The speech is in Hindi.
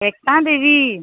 एकता देवी